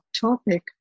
topic